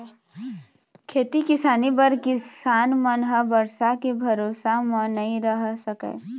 खेती किसानी बर किसान मन ह बरसा के भरोसा म नइ रह सकय